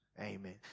Amen